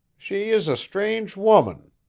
she is a strange woman.